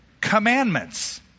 commandments